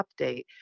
update